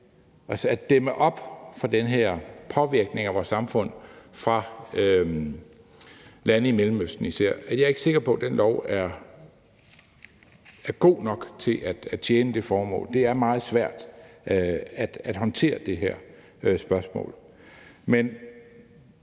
om at dæmme op for den her påvirkning af vores samfund fra lande, især i Mellemøsten, er god nok til at tjene det formål. Det er meget svært at håndtere det her spørsmål.